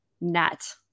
net